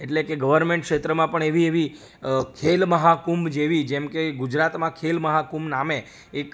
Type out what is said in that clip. એટલે કે ગવર્મેન્ટ ક્ષેત્રમાં એવી એવી ખેલમહાકુંભ જેવી જેમ કે ગુજરાતમાં ખેલમહાકુંભ નામે એક